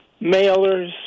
mailers